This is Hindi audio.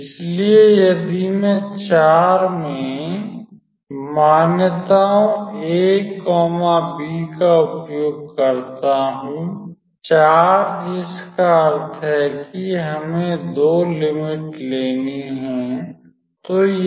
इसलिए यदि मैं में मान्यताओं a b का उपयोग करता हूं जिसका अर्थ है कि हमें दो लिमिट लेनी हैं